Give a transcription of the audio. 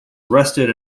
arrested